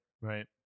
Right